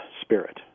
spirit